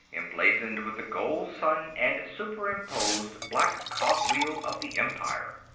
emblazoned with the gold sun and superimposed black cogwheel of the empire.